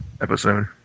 episode